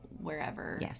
wherever